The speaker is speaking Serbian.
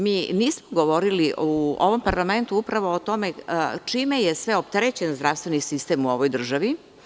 Mi nismo govorili u ovom parlamentu upravo o tome čime je sve opterećen zdravstveni sistem u ovoj državi.